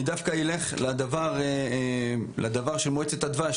אני אתן את הדוגמה של מועצת הדבש,